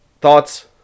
thoughts